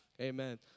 amen